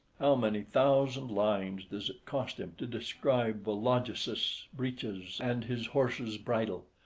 how many thousand lines does it cost him to describe vologesus's breeches and his horse's bridle,